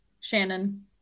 Shannon